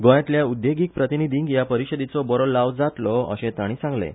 गोंयांतल्या उद्देगीक प्रतिनिधींक ह्या परिशदेचो बरो लाव जातलो अशें तांणी सांगलें